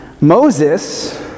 Moses